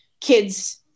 kids